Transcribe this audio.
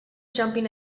jumping